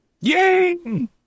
Yay